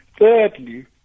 Thirdly